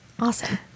awesome